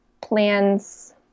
plans